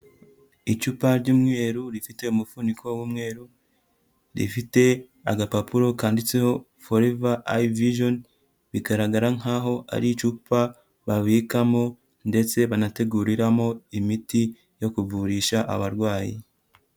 Icupa ry'umweru rifite umufuniko w'umweru rifite agapapuro kanditseho foreva ati vijeni, bigaragara nk'aho ari icupa babikamo ndetse banateguriramo imiti yo kuvurisha abarwayi.